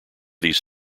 these